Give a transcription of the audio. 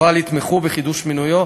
אבל יתמכו בחידוש מינויו,